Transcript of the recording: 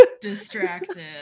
distracted